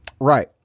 Right